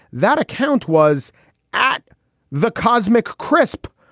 that account was at the cosmic crisp.